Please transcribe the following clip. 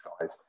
guys